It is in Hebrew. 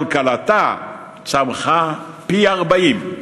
כלכלתה צמחה פי-40.